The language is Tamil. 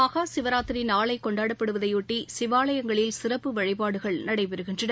மஹா சிவராத்திரி நாளை கொண்டாடப்படுவதையொட்டி சிவாலாயங்களில் சிறப்பு வழிபாடுகள் நடைபெறுகின்றன